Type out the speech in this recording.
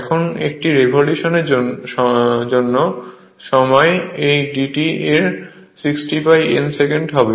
এখন একটি রেভলিউশনের জন্য সময় এই dt এর 60N সেকেন্ড হবে